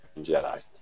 Jedi